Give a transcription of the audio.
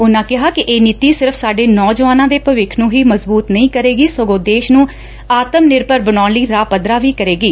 ਉਨੂਂ ਕਿਹਾ ਕਿ ਇਹ ਨੀਤੀ ਸਿਰਫ਼ ਸਾਡੇ ਨੌਜਵਾਨਾਂ ਦੇ ਭਵਿੱਖ ਨੂੰ ਹੀ ਮਜ਼ਬੁਤ ਨਹੀਂ ਕਰੇਗੀ ਸਗੋਂ ਦੇਸ ਨੂੰ ਆਤਮ ਨਿਰਭਰ ਬਨਾਉਣ ਲਈ ਰਾਹ ਪੱਧਰਾ ਵੀ ਕਰੇਗੀ